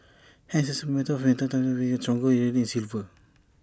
hence IT is A matter of time before we get A stronger rally in silver